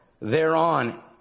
thereon